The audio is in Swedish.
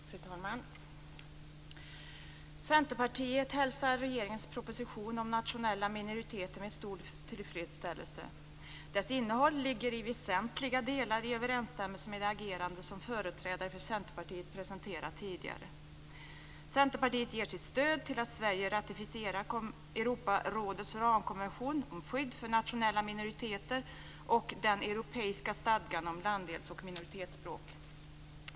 Fru talman! Centerpartiet hälsar regeringens proposition om nationella minoriteter med stor tillfredsställelse. Dess innehåll står i väsentliga delar i överensstämmelse med det agerande som företrädare för Centerpartiet presenterat tidigare. Centerpartiet ger sitt stöd till att Sverige ratificerar Europarådets ramkonvention om skydd för nationella minoriteter och den europeiska stadgan om landdels och minoritetsspråk.